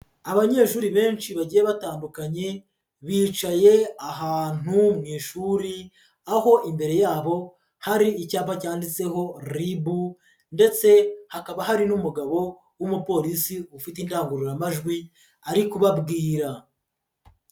Abanyeshuri benshi bagiye batandukanye, bicaye ahantu mu ishuri, aho imbere yabo hari icyapa cyanditseho RIB ndetse hakaba hari n'umugabo w'umupolisi ufite indangururamajwi ari kubabwira.